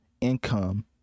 income